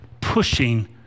pushing